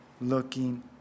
looking